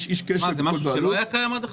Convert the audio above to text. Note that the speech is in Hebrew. זה משהו שלא היה קיים עד עכשיו?